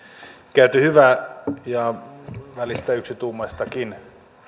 käyty hyvää ja välistä yksituumaistakin